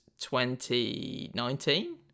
2019